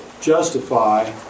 justify